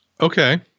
Okay